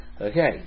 Okay